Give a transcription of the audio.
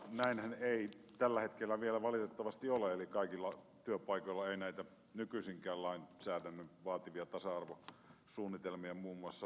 näinhän ei tällä hetkellä vielä valitettavasti ole eli kaikilla työpaikoilla ei muun muassa näitä nykyisenkään lainsäädännön vaatimia tasa arvosuunnitelmia ole olemassa